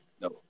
No